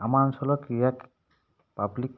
আমাৰ অঞ্চলৰ ক্ৰীড়াক পাব্লিক